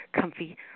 comfy